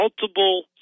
multiple